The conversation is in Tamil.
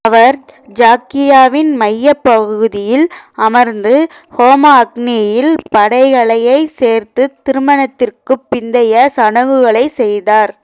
அவர் ஜாக்கியாவின் மையப் பகுதியில் அமர்ந்து ஹோம அக்னியில் படையலைச் சேர்த்து திருமணத்திற்குப் பிந்தைய சடங்குகளைச் செய்தார்